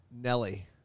Nelly